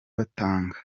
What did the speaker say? batanga